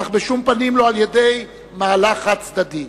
אך בשום פנים לא במהלך חד-צדדי.